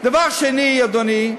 דבר שני, אדוני,